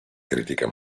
critica